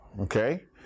okay